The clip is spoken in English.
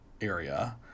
area